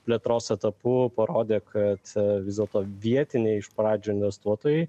plėtros etapu parodė kad a vis dėlto vietiniai iš pradžių investuotojai